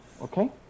Okay